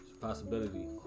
Possibility